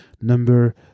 number